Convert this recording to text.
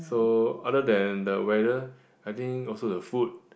so other than the weather I think also the food